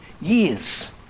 years